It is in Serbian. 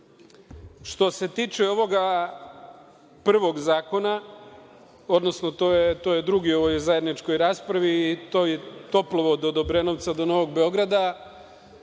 se tiče ovoga prvog zakona, odnosno to je drugi u ovoj zajedničkoj raspravi. To je toplovod od Obrenovca do Novog Beograda.